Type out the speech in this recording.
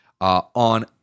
on